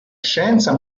scienza